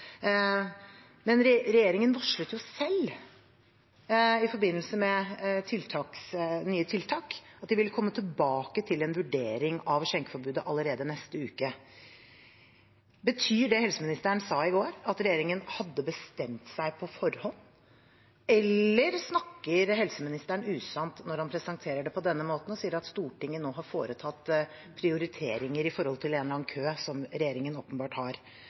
en vurdering av skjenkeforbudet allerede neste uke. Betyr det helseministeren sa i går, at regjeringen hadde bestemt seg på forhånd? Eller snakker helseministeren usant når han presenterer det på denne måten og sier at Stortinget nå har foretatt prioriteringer i en eller annen kø som regjeringen åpenbart har?